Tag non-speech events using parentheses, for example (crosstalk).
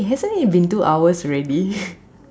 eh hasn't it been two hours already (laughs)